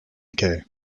kay